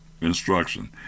instruction